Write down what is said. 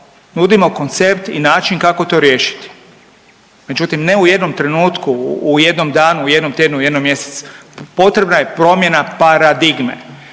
nudimo koncept i način kako to riješiti. Međutim, ne u jednom trenutku, u jednom danu, u jednom tjednu, u jednom mjesecu potrebna je promjena paradigme